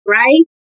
right